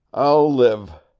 i'll live.